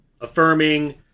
affirming